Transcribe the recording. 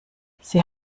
sie